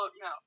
No